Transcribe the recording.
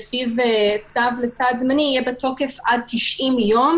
לפיו צו לסעד זמני יהיה בתוקף עד 90 יום